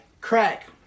crack